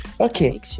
Okay